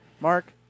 Mark